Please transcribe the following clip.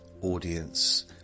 audience